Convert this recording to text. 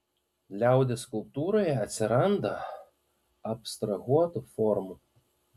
liaudies skulptūroje atsiranda abstrahuotų formų